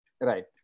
Right